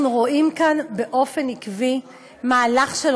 אנחנו רואים כאן באופן עקבי מהלך של